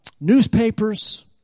newspapers